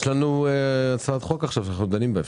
יש הצעת חוק שאנחנו דנים בה עכשיו.